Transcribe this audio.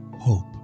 hope